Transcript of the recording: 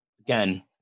again